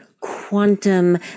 quantum